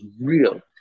real